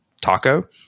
taco